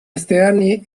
esterni